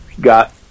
Got